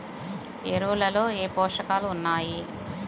ఎరువులలో ఏ పోషకాలు ఉన్నాయి?